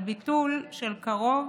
על ביטול של קרוב